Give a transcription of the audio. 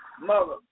Mother